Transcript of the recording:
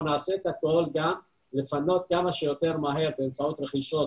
אנחנו נעשה הכול לפנות כמה שיותר מהר - באמצעות רכישות